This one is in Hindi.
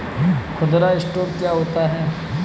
खुदरा स्टोर क्या होता है?